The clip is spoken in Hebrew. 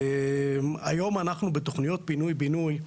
היום אנחנו בתוכניות פינוי בינוי,